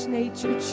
nature